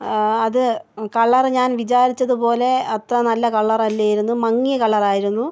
അത് കളറ് ഞാൻ വിചാരിച്ചത് പോലെ അത്ര നല്ല കളറല്ലായിരുന്നു മങ്ങിയ കളറായിരുന്നു